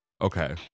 Okay